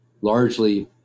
largely